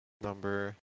number